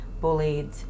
bullied